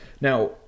Now